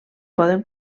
poden